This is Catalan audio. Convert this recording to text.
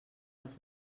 als